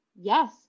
Yes